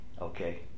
Okay